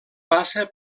passa